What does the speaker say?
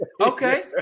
Okay